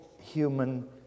human